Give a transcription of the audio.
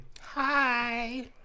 Hi